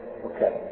Okay